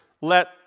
let